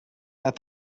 that